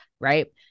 Right